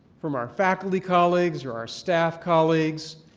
from our faculty colleagues, or our staff colleagues,